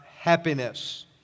happiness